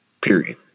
period